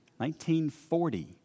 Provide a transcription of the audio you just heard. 1940